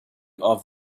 off